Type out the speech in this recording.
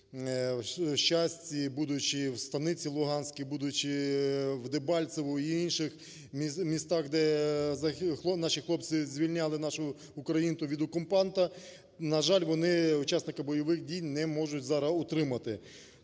в Щасті, будучи в Станиці Луганській, будучи в Дебальцеве і інших містах, де наші хлопці звільняли нашу Україну від окупанта, на жаль, вони учасника бойових дій не можуть зараз отримати.